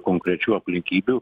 konkrečių aplinkybių